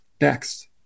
next